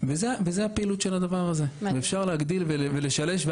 וזה הפעילות של הדבר הזה, ואפשר להגדיל ולשלש.